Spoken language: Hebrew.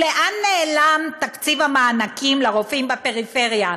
לאן נעלם תקציב המענקים לרופאים בפריפריה,